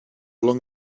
long